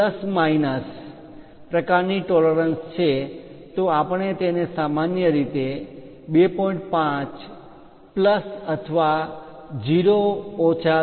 જો તે plus minus વત્તા અથવા ઓછા પ્રકાર ની ટોલરન્સ પરિમાણ માં માન્ય તફાવત છે તો આપણે તેને સામાન્ય રીતે 2